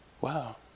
wow